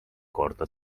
korda